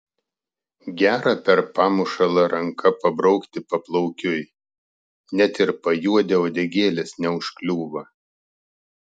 gera per pamušalą ranka pabraukti paplaukiui net ir pajuodę uodegėlės neužkliūva